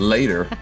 Later